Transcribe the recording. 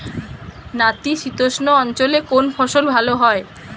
নাতিশীতোষ্ণ অঞ্চলে কোন ফসল ভালো হয়?